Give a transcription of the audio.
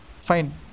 fine